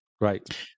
Right